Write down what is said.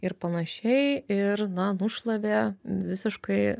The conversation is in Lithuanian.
ir panašiai ir na nušlavė visiškai